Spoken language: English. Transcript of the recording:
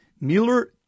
Mueller